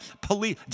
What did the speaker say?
police